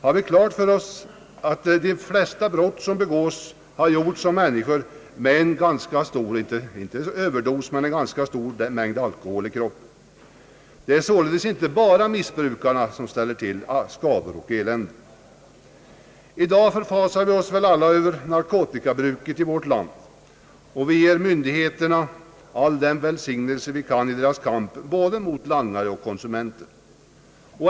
Har vi klart för oss att de flesta brott begås av människor med en ganska stor mängd alkohol i kroppen? Det är således inte bara missbrukare som ställer till skador. I dag förfasar vi oss alla över narkotikabruket i vårt land, och vi ger myndigheterna all välsignelse i deras kamp både mot langare och mot konsumenter.